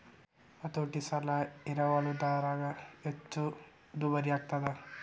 ಹತೋಟಿ ಸಾಲ ಎರವಲುದಾರಗ ಹೆಚ್ಚ ದುಬಾರಿಯಾಗ್ತದ